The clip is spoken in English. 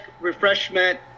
refreshment